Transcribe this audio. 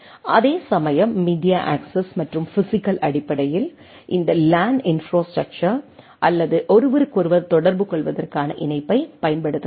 அதேசமயம் media access மற்றும் physical அடிப்படையில் இந்த லேன் இன்ப்ராஸ்ட்ரக்சர் அல்லது ஒருவருக்கொருவர் தொடர்புகொள்வதற்கான இணைப்பைப் பயன்படுத்துகின்றன